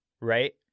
Right